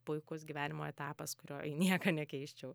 puikus gyvenimo etapas kurio į nieką nekeisčiau